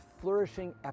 flourishing